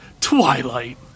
Twilight